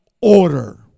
order